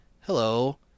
hello